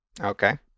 Okay